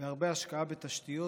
והרבה השקעה בתשתיות,